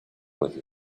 with